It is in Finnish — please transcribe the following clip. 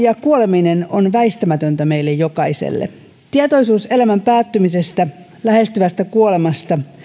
ja kuoleminen on väistämätöntä meille jokaiselle tietoisuus elämän päättymisestä lähestyvästä kuolemasta